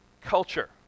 culture